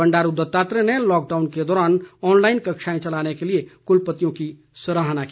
बंडारू दत्तात्रेय ने लॉकडाउन के दौरान ऑनलाईन कक्षाएं चलाने के लिए कुलपतियों की सराहना की